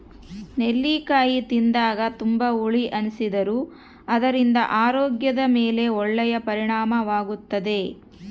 ನೆಲ್ಲಿಕಾಯಿ ತಿಂದಾಗ ತುಂಬಾ ಹುಳಿ ಎನಿಸಿದರೂ ಅದರಿಂದ ಆರೋಗ್ಯದ ಮೇಲೆ ಒಳ್ಳೆಯ ಪರಿಣಾಮವಾಗುತ್ತದೆ